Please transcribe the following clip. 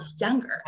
younger